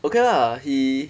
okay lah he